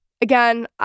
Again